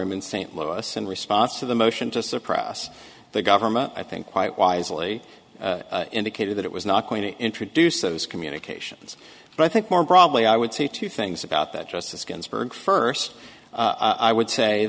wire in st louis in response to the motion to suppress the government i think quite wisely indicated that it was not going to introduce those communications but i think more broadly i would say two things about that justice ginsburg first i would say